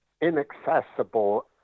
inaccessible